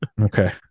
Okay